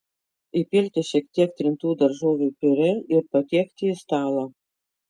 įpilti šiek tiek trintų daržovių piurė ir patiekti į stalą